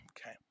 Okay